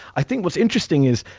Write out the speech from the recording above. i think, what's interesting is,